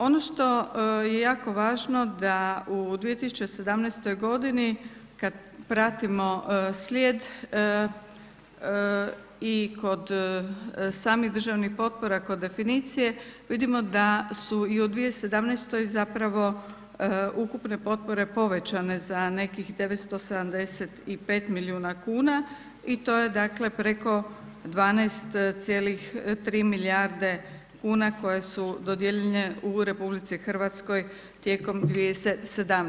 Ono što je jako važno da u 2017.g. kad pratimo slijed i kod samih državnih potpora kod definicije, vidimo da su i u 2017. zapravo ukupne potpore povećane za nekih 975 milijuna kuna i to je, dakle, preko 12,3 milijarde kuna koje su dodijeljene u RH tijekom 2017.